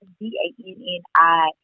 D-A-N-N-I